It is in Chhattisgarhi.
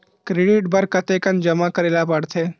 क्रेडिट बर कतेकन जमा करे ल पड़थे?